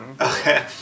Okay